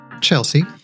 Chelsea